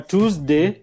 Tuesday